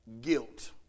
Guilt